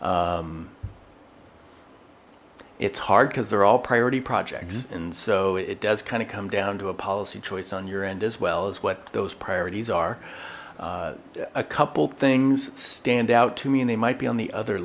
it's hard because they're all priority projects and so it does kind of come down to a policy choice on your end as well as what those priorities are a couple things stand out to me and they might be on the other